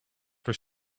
for